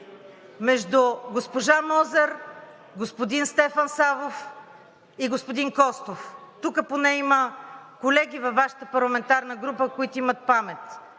между госпожа Мозер, господин Стефан Савов и господин Костов. Тук поне има колеги във Вашата парламентарна група, които имат памет